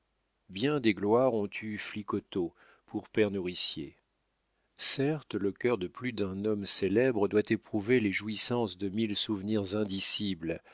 bien des gloires ont eu flicoteaux pour père nourricier certes le cœur de plus d'un homme célèbre doit éprouver les jouissances de mille souvenirs indicibles